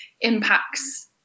impacts